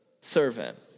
servant